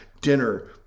dinner